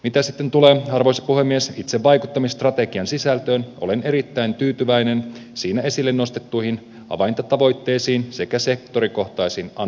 mitä sitten tulee arvoisa puhemies itse vaikuttamisstrategian sisältöön olen erittäin tyytyväinen siinä esille nostettuihin avaintavoitteisiin sekä sektorikohtaisiin analyyseihin